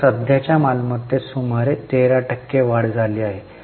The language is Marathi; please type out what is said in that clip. तर सध्याच्या मालमत्तेत सुमारे 13 टक्के वाढ झाली आहे